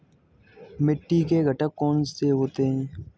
मिट्टी के घटक कौन से होते हैं?